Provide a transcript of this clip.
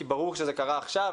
כי ברור שזה קרה עכשיו,